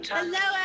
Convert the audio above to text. Hello